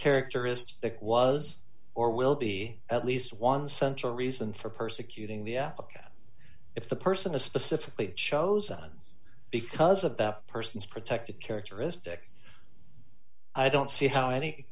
characteristic was or will be at least one central reason for persecuting the book if the person is specifically chosen because of that person's protected characteristic i don't see how any